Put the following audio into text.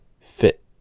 fit